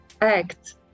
act